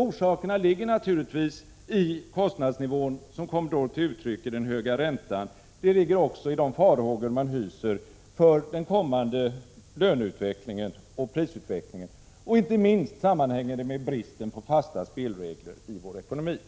Orsakerna ligger naturligtvis i kostnadsnivån, som kom till uttryck i den höga räntan, och i de farhågor man hyser för den kommande löneutvecklingen och prisutvecklingen. Inte minst sammanhänger det med bristen på fasta spelregler i vår ekonomi.